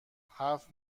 هفت